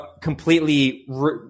completely